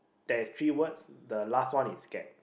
that is three words the last one is scare